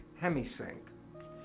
hemi-sync